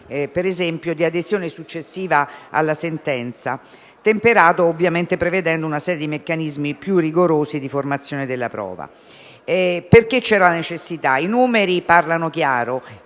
possibilità di adesione successiva alla sentenza, ovviamente prevedendo una serie di meccanismi più rigorosi di formazione della prova. Perché c'era questa necessità? I numeri parlano chiaro: